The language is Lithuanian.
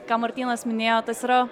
ką martynas minėjo tas yra